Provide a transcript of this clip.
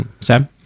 Sam